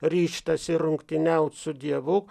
ryžtasi rungtyniaut su dievu